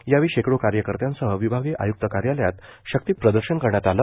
यावेळी शेकडो कार्यकर्त्यांसह विभागीय आय्क्त कार्यालयात शक्तिप्रदर्शन करण्यात आलं